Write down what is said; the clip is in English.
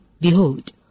Behold